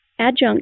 Adjunct